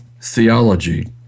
theology